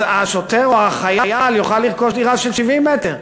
אז השוטר או החייל יוכל לרכוש דירה של 70 מ"ר.